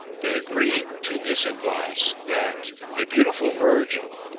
they agreed to this advice, that a beautiful virgin,